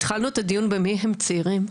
התחלנו את הדיון במי הם צעירים,